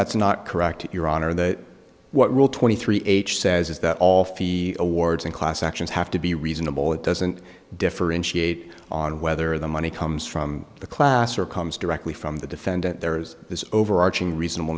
that's not correct your honor that what rule twenty three h says is that all fi awards in class actions have to be reasonable it doesn't differentiate on whether the money comes from the class or comes directly from the defendant there is this overarching reasonable